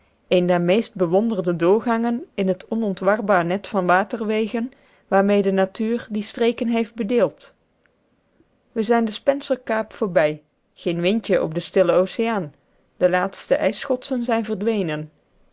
een der meest bewonderde doorgangen in het onontwarbaar net van waterwegen waarmee de natuur die streken heeft bedeeld we zijn de spencerkaap voorbij geen windje op den stillen oceaan de laatste ijsschotsen zijn verdwenen